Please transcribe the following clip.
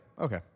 Okay